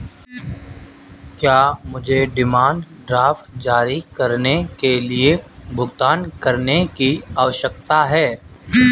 क्या मुझे demand draft जारी करने के लिए भुगतान करने की आवश्यकता है?